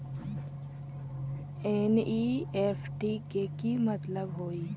NEFT के कि मतलब होइ?